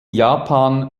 japan